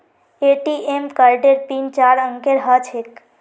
ATM कार्डेर pin चार अंकेर ह छेक